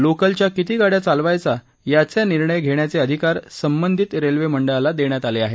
लोकलच्या किती गाड्या चालवायचा याचा निर्णय घेण्याचे अधिकार संबंधित रेल्वे मंडळाला देण्यात आले आहेत